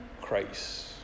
Christ